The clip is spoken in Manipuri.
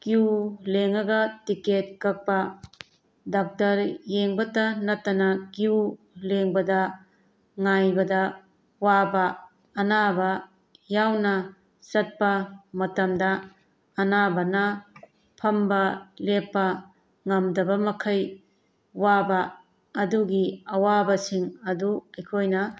ꯀ꯭ꯌꯨ ꯂꯦꯡꯉꯒ ꯇꯤꯛꯀꯦꯠ ꯀꯛꯄ ꯗꯥꯛꯇꯔ ꯌꯦꯡꯕꯇ ꯅꯠꯇꯅ ꯀ꯭ꯌꯨ ꯂꯦꯡꯕꯗ ꯉꯥꯏꯕꯗ ꯋꯥꯕ ꯑꯅꯥꯕ ꯌꯥꯎꯅ ꯆꯠꯄ ꯃꯇꯝꯗ ꯑꯅꯥꯕꯅ ꯐꯝꯕ ꯂꯦꯞꯄ ꯉꯝꯗꯕ ꯃꯈꯩ ꯋꯥꯕ ꯑꯗꯨꯒꯤ ꯑꯋꯥꯕꯁꯤꯡ ꯑꯗꯨ ꯑꯩꯈꯣꯏꯅ